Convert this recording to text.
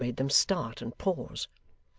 which made them start and pause.